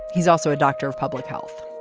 he's also a doctor of public health.